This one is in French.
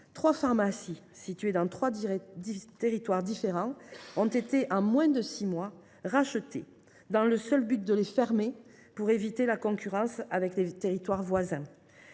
trois pharmacies situées dans trois territoires différents ont été rachetées dans le seul objectif de les fermer pour éviter la concurrence avec les territoires voisins.